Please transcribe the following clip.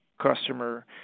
customer